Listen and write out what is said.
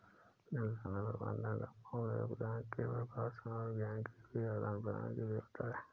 जल संसाधन प्रबंधन मूल योगदान के प्रकाशन और ज्ञान के आदान प्रदान के लिए होता है